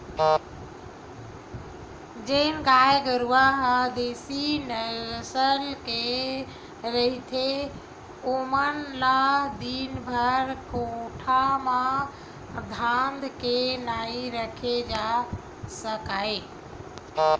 जेन गाय गरूवा ह देसी नसल के रहिथे ओमन ल दिनभर कोठा म धांध के नइ राखे जा सकय